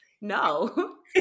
no